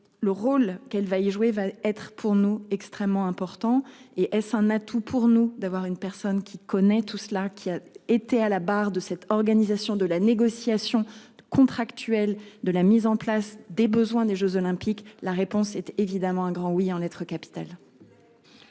le rôle qu'elle va jouer va être pour nous extrêmement important et est-ce un atout pour nous d'avoir une personne qui connaît tout cela qui a été à la barre de cette organisation de la négociation contractuelle de la mise en place des besoins des Jeux olympiques. La réponse est évidemment un grand oui en lettres capitales.